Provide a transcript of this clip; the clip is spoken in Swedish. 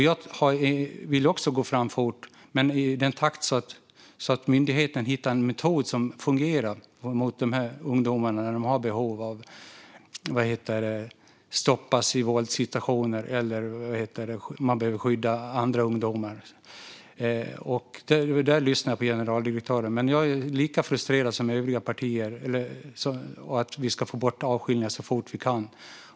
Jag vill också gå fram fort, men i en takt som gör att myndigheten hittar en metod som fungerar mot dessa ungdomar när det finns behov av att stoppa dem i våldssituationer eller skydda andra ungdomar. Där lyssnar jag på generaldirektören. Men jag är lika frustrerad som övriga partier och vill att vi ska få bort avskiljningar så fort vi kan.